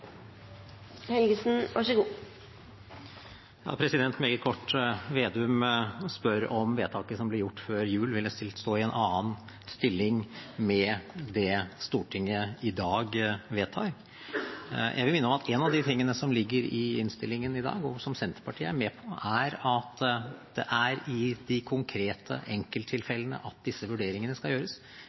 Meget kort: Representanten Slagsvold Vedum spør om vedtaket som ble gjort før jul, ville stått i en annen stilling med det Stortinget i dag vedtar. Jeg vil minne om at en av de tingene som ligger i innstillingen i dag, og som Senterpartiet er med på, er at det er i de konkrete enkelttilfellene disse vurderingene skal gjøres.